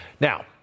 Now